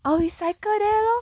or we cycle there lor